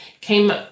came